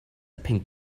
pink